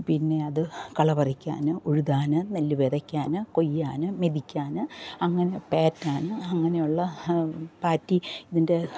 പിന്നെ അത് കള പറിക്കാനും ഉഴുതാൻ നെല്ല് വിതയ്ക്കാൻ കൊയ്യാൻ മെതിക്കാൻ അങ്ങനെ പേറ്റാൻ അങ്ങനെ ഉള്ള പാറ്റി ഇതിൻ്റെ